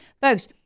Folks